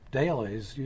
dailies